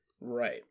Right